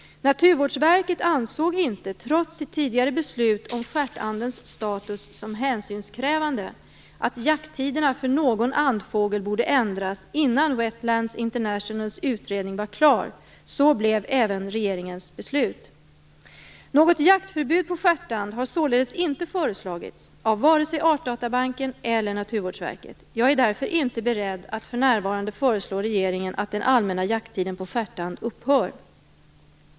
Naturvårdsverket ansåg inte, trots sitt tidigare beslut om stjärtandens status som hänsynskrävande, att jakttiderna för någon andfågel borde ändras innan Wetlands Internationals utredning var klar. Så blev även regeringens beslut. Något jaktförbud på stjärtand har således inte föreslagits av vare sig Artdatabanken eller Naturvårdsverket. Jag är därför inte beredd att för närvarande föreslå regeringen att den allmänna jakttiden på stjärtand upphör.